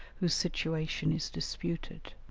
whose situation is disputed.